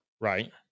Right